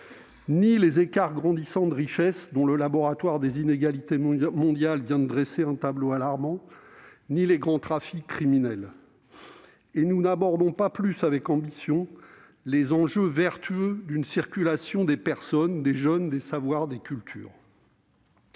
ni les écarts grandissants de richesses, dont le Laboratoire des inégalités mondiales vient de dresser un tableau alarmant ; ni les grands trafics criminels. Nous n'abordons pas plus ambitieusement les enjeux vertueux d'une circulation des personnes, des jeunes, des savoirs, des cultures.